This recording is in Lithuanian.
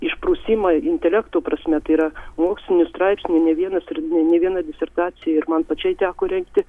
išprusimą intelekto prasme tai yra mokslinių straipsnių ne vienas ir ne ne viena disertacija ir man pačiai teko rengti